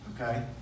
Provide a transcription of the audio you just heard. okay